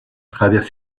travers